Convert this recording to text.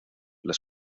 las